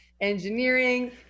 engineering